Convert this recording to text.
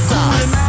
Sauce